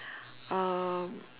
uh